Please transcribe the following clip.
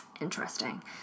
Interesting